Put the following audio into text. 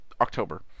October